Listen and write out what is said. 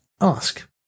ask